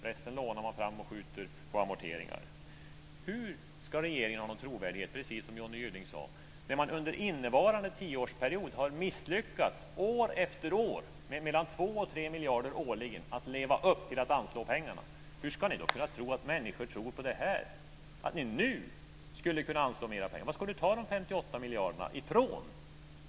Resten lånar man fram och skjuter på amorteringar. Hur ska regeringen få någon trovärdighet, precis som Johnny Gylling sade, när man under innevarande tioårsperiod har misslyckats år efter år, med mellan 2 miljarder och 3 miljarder årligen, med att leva upp till att anslå pengarna? Hur ska ni i regeringen då kunna tro att människor tror på det här: att ni nu skulle kunna anslå mera pengar? Vad ska ni ta de 58 miljarderna ifrån?